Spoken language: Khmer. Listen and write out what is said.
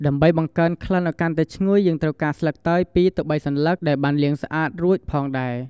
ដើម្បីបង្កើនអោយក្ក្លិនកាន់តែឈ្ងុយ យើងត្រូវការ ស្លឹកតើយ ២-៣ សន្លឹក ដែលបានលាងស្អាតរួចផងដែរ។